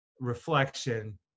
reflection